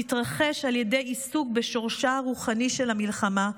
תתרחש על ידי עיסוק בשורשה הרוחני של המלחמה,